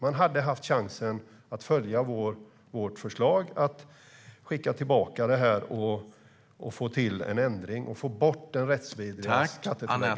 Man hade haft chansen att följa vårt förslag om att skicka tillbaka det här, få till en ändring och få bort det rättsvidriga skattetillägget.